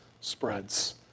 spreads